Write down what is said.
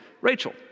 Rachel